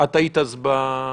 את היית אז בקבינט?